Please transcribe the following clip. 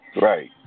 Right